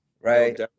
Right